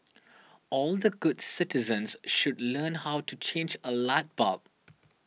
all the good citizens should learn how to change a light bulb